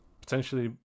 potentially